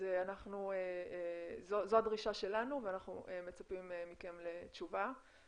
אז זו הדרישה שלנו ואנחנו מצפים מכם לתשובה.